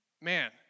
Man